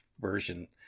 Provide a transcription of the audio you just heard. version